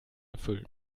erfüllen